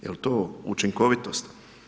Je li to učinkovitost?